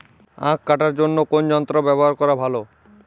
আঁখ কাটার জন্য কোন যন্ত্র ব্যাবহার করা ভালো?